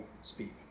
speak